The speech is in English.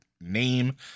name